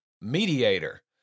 mediator